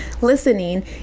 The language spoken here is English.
Listening